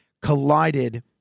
collided